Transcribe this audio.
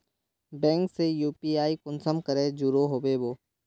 Bank से UPI कुंसम करे जुड़ो होबे बो?